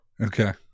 Okay